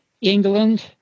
England